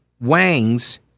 Wang's